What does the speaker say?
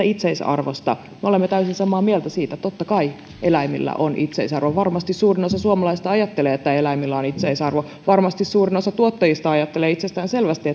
itseisarvosta me olemme täysin samaa mieltä siitä totta kai eläimillä on itseisarvo varmasti suurin osa suomalaisista ajattelee että eläimillä on itseisarvo varmasti suurin osa tuottajista ajattelee itsestäänselvästi